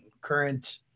current